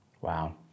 Wow